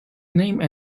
name